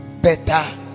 Better